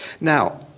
Now